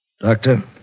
Doctor